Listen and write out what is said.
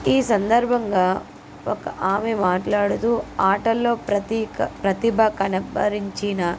ఈ సందర్భంగా ఒక ఆమె మాట్లాడుతూ ఆటల్లో ప్రతీక్ ప్రతిభ కనబరిచిన